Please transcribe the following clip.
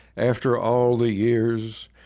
after all the years,